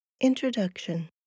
Introduction